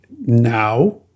now